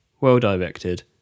well-directed